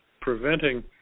preventing